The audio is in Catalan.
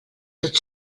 tot